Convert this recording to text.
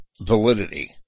validity